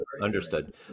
understood